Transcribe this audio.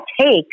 take